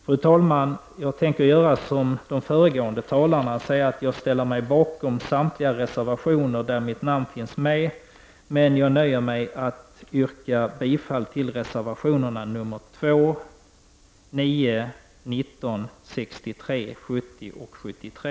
Fru talman! Jag tänker göra som de föregående talarna och säga att jag ställer mig bakom samtliga de reservationer där mitt namn finns med men att jag nöjer mig med att yrka bifall till reservationerna nr 2, 9, 19, 63, 70 och 73.